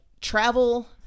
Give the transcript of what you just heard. travel